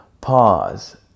Pause